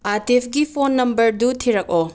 ꯑꯥꯇꯤꯐꯀꯤ phone ꯅꯝꯕꯔꯗꯨ ꯊꯤꯔꯛꯑꯣ